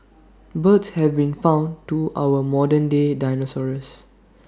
birds have been found to our modern day dinosaurs